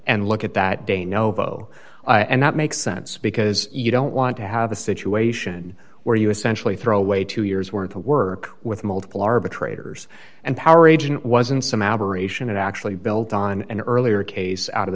and look at that de novo and that makes sense because you don't want to have a situation where you essentially throw away two years worth of work with multiple arbitrators and power agent was in some aberration it actually built on an earlier case out of